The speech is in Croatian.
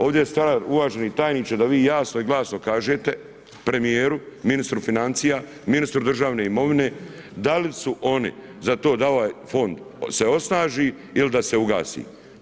Ovdje je stvar uvaženi tajniče da vi jasno i glasno kažete premijeru, ministru financija, ministru državne imovine da li su oni za to da ovaj fond se osnaži ili da se ugasi.